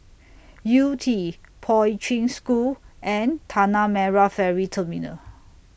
Yew Tee Poi Ching School and Tanah Merah Ferry Terminal